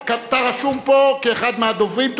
אתה רשום פה כאחד מהדוברים.